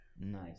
Nice